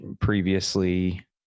previously